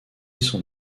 son